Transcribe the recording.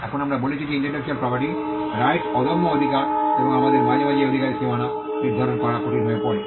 এখন আমরা বলেছি যে ইন্টেলেকচ্যুয়াল প্রপার্টি রাইটস অদম্য অধিকার এবং আমাদের মাঝে মাঝে এই অধিকারের সীমানা নির্ধারণ করা কঠিন হয়ে পড়ে